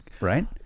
Right